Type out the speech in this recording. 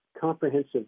comprehensive